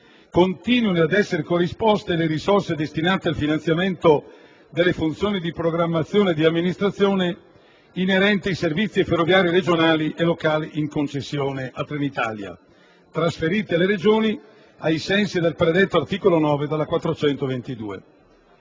continuino ad essere corrisposte le risorse destinate al finanziamento delle funzioni di programmazione e di amministrazione inerenti ai servizi ferroviari regionali e locali in concessione a Trenitalia, trasferiti alle Regioni ai sensi del predetto articolo 9 del